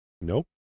Nope